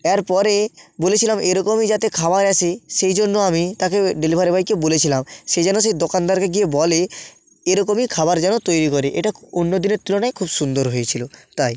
এর পরে বলেছিলাম এরকমই যাতে খাবার আসে সেই জন্য আমি তাকে ডেলিভারি বয়কে বলেছিলাম সে যেন সেই দোকানদারকে গিয়ে বলে এরকমই খাবার যেন তৈরি করে এটা অন্য দিনের তুলনায় খুব সুন্দর হয়েছিল তাই